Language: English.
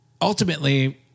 ultimately